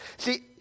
See